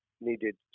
needed